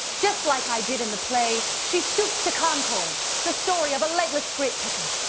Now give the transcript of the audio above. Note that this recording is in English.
just like i did in the play, she stoops to concord the story of a legless grape picker.